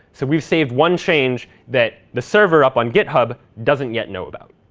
so we've saved one change that the server up on github doesn't yet know about.